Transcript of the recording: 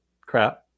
crap